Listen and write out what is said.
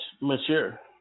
mature